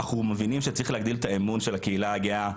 אנחנו מבינים שצריך להגדיל את האמון של הקהילה הגאה,